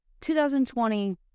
2020